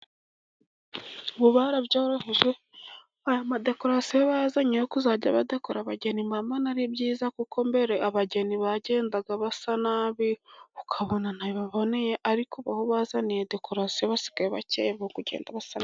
Ubu barabyoroheje, aya madekorasiyo bazanye yo kuzajya badekora abageni, mba mbona ari byiza, kuko mbere abageni bagendaga basa nabi, ukabona ntibaboneye, ariko aho bazaniye dekarasiyo, basigaye bakeye mu kugenda basa neza.